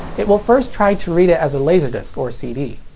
it will first try to read it as a laserdisc or cd.